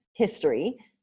history